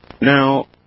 Now